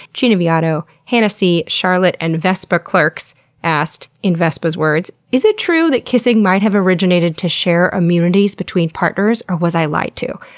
gina viado, hannah c, charlotte and vespa clercx asked, in vespa's words is it true that kissing might have originated to share immunities between partners? or was i lied to?